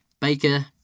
Baker